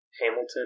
Hamilton